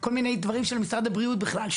יש כל מיני דברים של משרד הבריאות שהוא